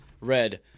Red